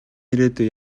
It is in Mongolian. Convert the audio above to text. ирээдүй